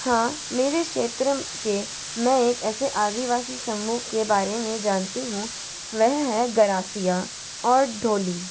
हाँ मेरे क्षेत्र के मैं एक ऐसे आदिवासी समूह के बारे में जानती हूँ वह है गरासिया और ढोली